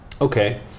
Okay